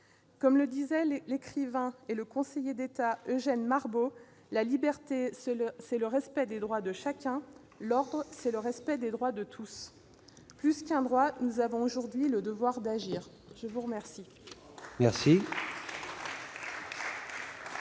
Comme le disait l'écrivain et conseiller d'État Eugène Marbeau :« La liberté, c'est le respect des droits de chacun ; l'ordre, c'est le respect des droits de tous. » Plus que le droit, nous avons aujourd'hui le devoir d'agir ! Je vous ai